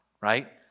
right